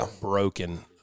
broken